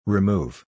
Remove